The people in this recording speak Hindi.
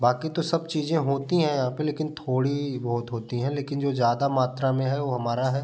बाकी तो सब चीज़ें होती हैं यहाँ पे लेकिन थोड़ी बहुत होती है लेकिन जो ज़्यादा मात्रा में है वो हमारा है